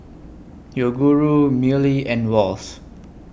Yoguru Mili and Wall's